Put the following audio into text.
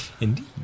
Indeed